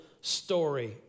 story